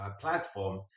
platform